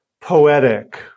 poetic